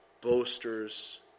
boasters